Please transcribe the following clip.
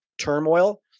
turmoil